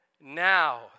Now